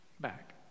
Back